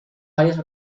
varias